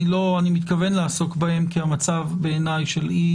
אני מתכוון לעסוק בסוגיות האלה כי המצב של אי